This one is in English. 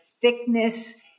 thickness